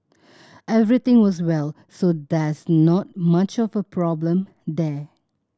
everything was well so there's not much of a problem there